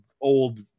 old